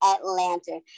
Atlanta